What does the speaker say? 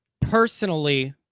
Personally